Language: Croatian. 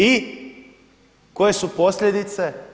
I koje su posljedice?